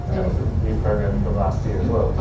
was a new program from last year as well,